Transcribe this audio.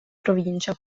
provincia